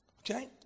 Okay